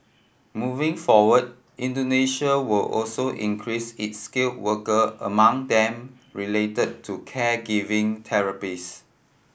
moving forward Indonesia will also increase its skill worker among them relate to caregiver therapists